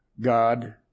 God